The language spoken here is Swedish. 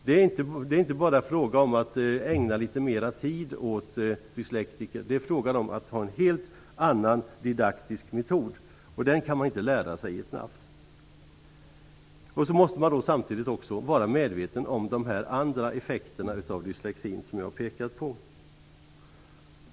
Det är inte bara fråga om att ägna litet mer tid åt dyslektiker. Det är fråga om att ha en helt annan didaktisk metod, och den kan man inte lära sig i ett nafs. Samtidigt måste man vara medveten om de andra effekterna av dyslexin, som jag har pekat på.